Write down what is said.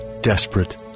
desperate